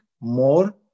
more